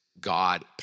God